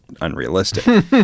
unrealistic